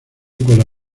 cola